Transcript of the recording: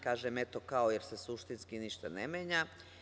Kažem eto kao, jer se suštinski ništa ne menja.